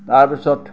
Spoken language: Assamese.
তাৰপাছত